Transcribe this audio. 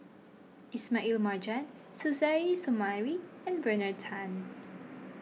Ismail Marjan Suzairhe Sumari and Bernard Tan